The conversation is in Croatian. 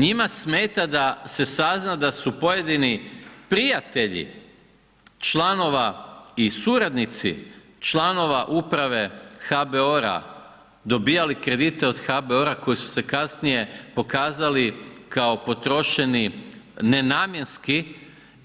Njima smeta da se sazna da su pojedini prijatelji članova i suradnici članova uprave HBOR-a dobivali kredite od HBOR-a koji su se kasnije pokazali kao potrošeni nenamjenski